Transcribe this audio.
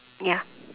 ya